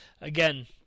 Again